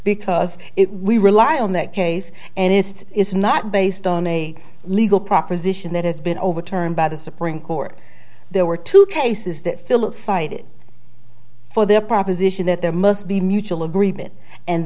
because it we rely on that case and it is not based on a legal proposition that has been overturned by the supreme court there were two cases that philip cited for the proposition that there must be mutual agreement and